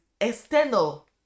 external